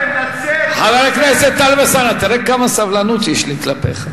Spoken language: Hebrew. מה, אנחנו צריכים לקבל אישור, סיימת את דבריך?